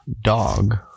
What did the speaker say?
dog